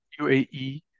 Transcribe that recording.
UAE